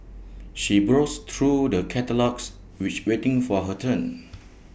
she browsed through the catalogues which waiting for her turn